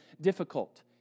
difficult